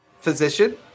physician